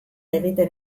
egiten